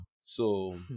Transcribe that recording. So-